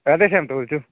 ରାଧେ ଶ୍ୟାମ୍ଠୁ ବୋଳୁଛୁଁ